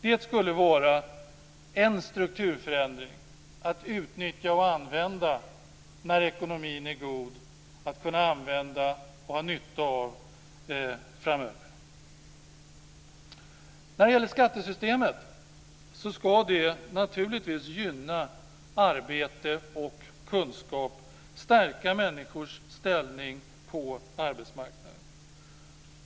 Det skulle vara en strukturförändring att utnyttja och använda när ekonomin är god, att använda och ha nytta av framöver. När det gäller skattesystemet ska det naturligtvis gynna arbete och kunskap och stärka människors ställning på arbetsmarknaden.